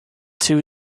two